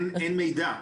שאין מידע.